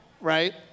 right